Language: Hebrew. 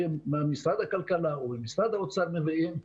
ממשרד הכלכלה או ממשרד האוצר מביאים,